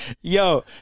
Yo